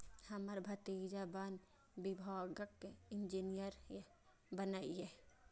हमर भतीजा वन विभागक इंजीनियर बनलैए